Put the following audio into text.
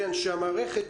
אנשי המערכת,